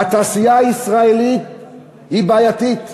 והתעשייה הישראלית היא בעייתית.